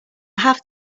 have